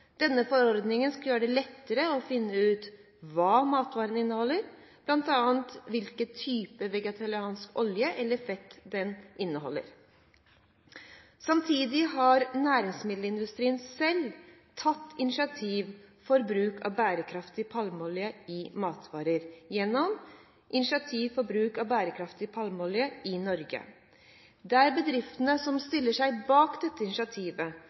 Denne forordningen skal gjøre det lettere å finne ut hva matvarene inneholder, bl.a. hvilken type vegetabilsk olje eller fett de inneholder. Samtidig har næringsmiddelindustrien selv tatt initiativ til bruk av bærekraftig palmeolje i matvarer gjennom «Initiativ for bruk av bærekraftig palmeolje i Norge», der bedriftene som stiller seg bak dette initiativet,